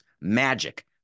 Magic